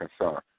concern